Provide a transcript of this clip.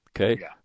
Okay